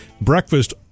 Breakfast